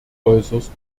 äußerst